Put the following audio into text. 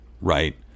right